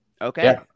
Okay